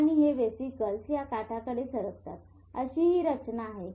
आणि हे वेसिकल्स या काठाकडे सरकतात अशी हि रचना आहे